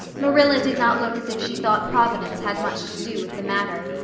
marilla did not look as if she thought providence had much to do with the matter.